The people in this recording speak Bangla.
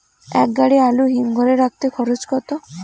এক গাড়ি আলু হিমঘরে রাখতে খরচ কত?